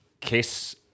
KISS